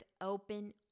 open